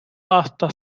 hasta